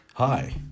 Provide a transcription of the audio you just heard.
Hi